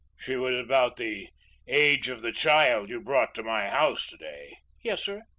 she was about the age of the child you brought to my house to-day. yes, sir,